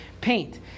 paint